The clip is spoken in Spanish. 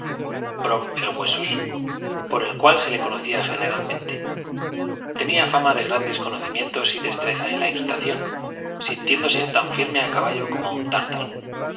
brom bones brom el huesoso por el cual se le conocía generalmente tenía fama de grandes conocimientos y destreza en la equitación sintiéndose tan firme a caballo como un tártaro